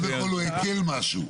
אפשר לחזק מבנה עם שתי יחידות דיור,